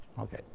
Okay